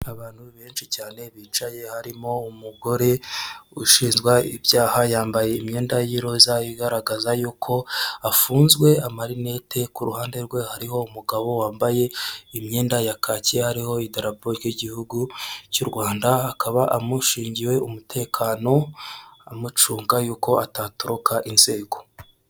Abantu benshi cyane bicaye harimo umugore ushinjwa ibyaha yambaye imyenda y'iroza igaragaza y'uko afunzwe ,amarinete ku ruhande rwe hariho umugabo wambaye imyenda ya kacye hariho idarapo ry'igihugu cy'u Rwanda akaba amushingiye umutekano, amucunga y'uko atatoroka inzego.